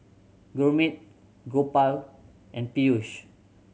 Gurmeet Gopal and Peyush